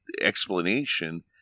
explanation